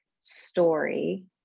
story